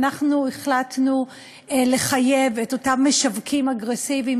אנחנו החלטנו לחייב את אותם משווקים אגרסיביים,